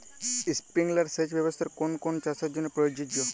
Sprinkler সেচ ব্যবস্থার কোন কোন চাষের জন্য প্রযোজ্য?